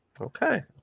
Okay